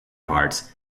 parts